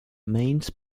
mains